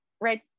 Right